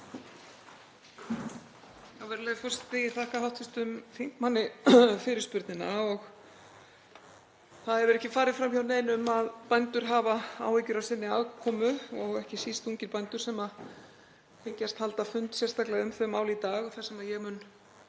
Virðulegur forseti. Ég þakka hv. þingmanni fyrirspurnina. Það hefur ekki farið fram hjá neinum að bændur hafa áhyggjur af sinni afkomu og ekki síst ungir bændur sem hyggjast halda fund sérstaklega um þau mál í dag þar sem ég mun